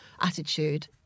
attitude